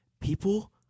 People